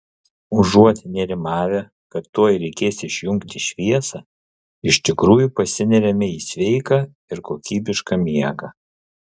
užuot nerimavę kad tuoj reikės išjungti šviesą iš tikrųjų pasineriame į sveiką ir kokybišką miegą